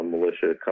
militia